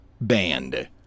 banned